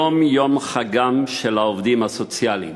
היום יום חגם של העובדים הסוציאליים.